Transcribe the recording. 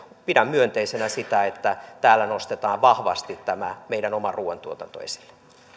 pidän myönteisenä sitä että täällä nostetaan vahvasti tämä meidän oma ruuantuotanto esille